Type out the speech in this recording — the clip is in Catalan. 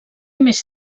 més